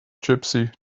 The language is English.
gypsy